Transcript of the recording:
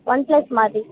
one plus மாதிரி